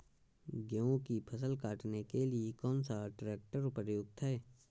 गेहूँ की फसल काटने के लिए कौन सा ट्रैक्टर उपयुक्त है?